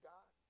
God